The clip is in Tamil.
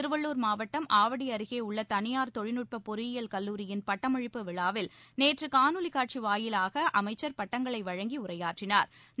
திருவள்ளூர் மாவட்டம் ஆவடி அருகே உள்ள தனியார் தொழில்நுட்ப பொறியியல் கல்லூரியின் பட்டமளிப்பு விழாவில் நேற்று காணொலி காட்சி வாயிலாக அமைச்சர் பட்டங்களை வழங்கி உரையாற்றினாா்